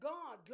God